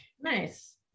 nice